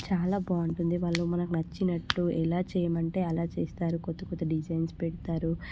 చాలా బాగుంటుంది వాళ్ళు మనకు నచ్చినట్టు ఎలా చేయమంటే అలా చేస్తారు కొత్త కొత్త డిజైన్స్ పెడతారు